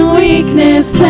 weakness